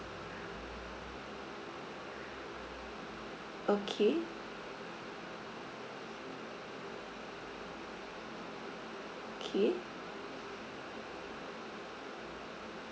okay K